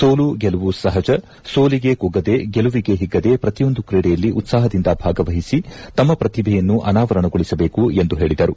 ಸೋಲು ಗೆಲುವು ಸಹಜ ಸೋಲಿಗೆ ಕುಗ್ಗದೇ ಗೆಲುವಿಗೆ ಹಿಗ್ಗದೇ ಪ್ರತಿಯೊಂದು ಕ್ರೀಡೆಯಲ್ಲಿ ಉತ್ಪಾಹದಿಂದ ಭಾಗವಹಿಸಿ ತಮ್ಮ ಪ್ರತಿಭೆಯನ್ನು ಅನಾವರಣಗೊಳಿಸಬೇಕು ಎಂದು ಹೇಳದರು